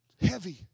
heavy